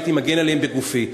הייתי מגן עליהם בגופי.